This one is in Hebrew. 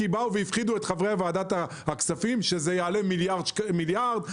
כי באו והפחידו את חברי ועדת הכספים שזה יעלה מיליארד ₪.